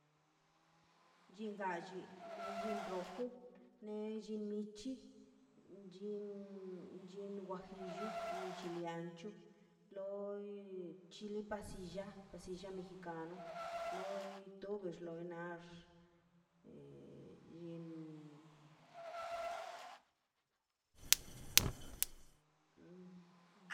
Chinga lli ne llin rojo nellin chin chin guajillo anchu loi chile pasilla na mexicanoloi tubex loi na nax llin